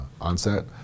onset